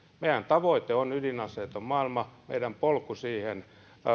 meidän tavoitteemme on ydinaseeton maailma meidän polkumme siihen